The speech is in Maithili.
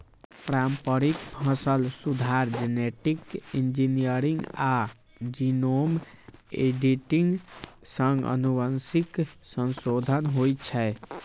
पारंपरिक फसल सुधार, जेनेटिक इंजीनियरिंग आ जीनोम एडिटिंग सं आनुवंशिक संशोधन होइ छै